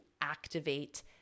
activate